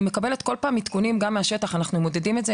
אני כל הזמן מקבלת עדכונים מהשטח ואנחנו מודדים את זה.